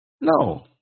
No